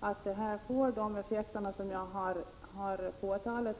att detta får de effekter som jag har påtalat.